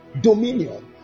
Dominion